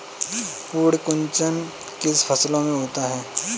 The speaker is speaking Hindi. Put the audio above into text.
पर्ण कुंचन किन फसलों में होता है?